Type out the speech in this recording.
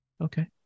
Okay